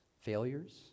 failures